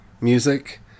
music